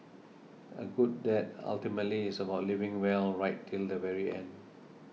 a good death ultimately is about living well right till the very end